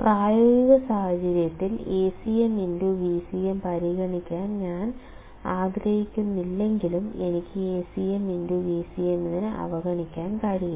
പ്രായോഗിക സാഹചര്യത്തിൽ Acm Vcm പരിഗണിക്കാൻ ഞാൻ ആഗ്രഹിക്കുന്നില്ലെങ്കിലും എനിക്ക് Acm Vcm നെ അവഗണിക്കാൻ കഴിയില്ല